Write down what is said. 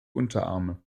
unterarme